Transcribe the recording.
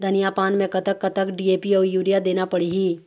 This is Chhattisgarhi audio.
धनिया पान मे कतक कतक डी.ए.पी अऊ यूरिया देना पड़ही?